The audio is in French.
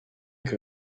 que